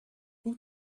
who